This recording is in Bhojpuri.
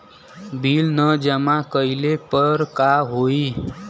बिल न जमा कइले पर का होई?